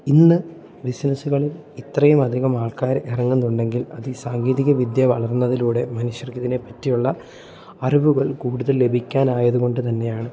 ഇന്ന് ബിസിനസ്സുകളിൽ ഇത്രയും അധികം ആൾക്കാർ ഇറങ്ങുന്നുണ്ടെങ്കിൽ അത് സാങ്കേതിക വിദ്യ വളർന്നതിലൂടെ മനുഷ്യർക്ക് ഇതിനെ പറ്റിയുള്ള അറിവുകൾ കൂടുതൽ ലഭിക്കാനായത് കൊണ്ട് തന്നെയാണ്